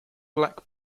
black